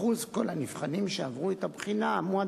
אחוז כל הנבחנים שעברו את הבחינה עומד